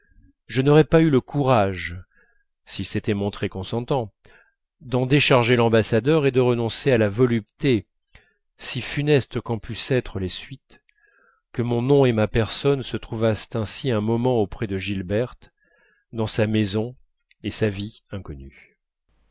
je n'aurais pas eu le courage s'il s'était montré consentant d'en décharger l'ambassadeur et de renoncer à la volupté si funestes qu'en pussent être les suites que mon nom et ma personne se trouvassent ainsi un moment auprès de gilberte dans sa maison et sa vie inconnues